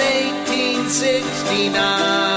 1869